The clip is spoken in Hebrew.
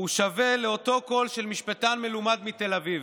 שווה לקול של משפטן מלומד מתל אביב,